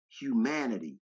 humanity